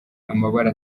amabara